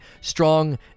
strong